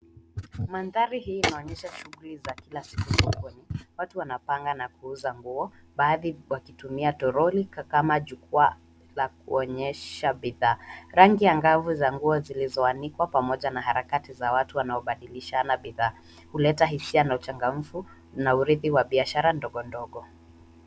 Mandhari hii inaonyesha shughuli za kila siku sokoni. Watu wanapanga na kuuza nguo, baadhi wakitumia toroli kama jukwaa la kuonyesha bidhaa. Rangi angavu za nguo zilizoanikwa pamoja na harakati za watu wanaobadilishana bidhaa huleta hisia na uchangamkfu na urithi wa biashara ndogondogo.